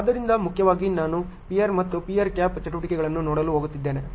ಆದ್ದರಿಂದ ಮುಖ್ಯವಾಗಿ ನಾನು ಪಿಯರ್ ಮತ್ತು ಪಿಯರ್ ಕ್ಯಾಪ್ ಚಟುವಟಿಕೆಗಳನ್ನು ನೋಡಲು ಹೋಗುತ್ತಿದ್ದೇನೆ